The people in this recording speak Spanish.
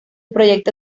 proyecto